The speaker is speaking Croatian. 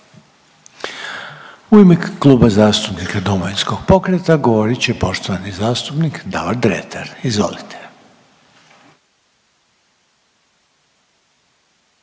U ime Kluba zastupnika Domovinskog pokreta govorit će poštovani zastupnik Davor Dretar. Izvolite.